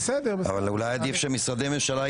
איך עובדים עם הכנסת,